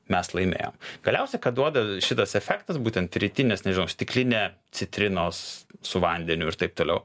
mes laimėjom galiausiai ką duoda šitas efektas būtent rytinės nežinau stiklinė citrinos su vandeniu ir taip toliau